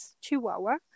Chihuahua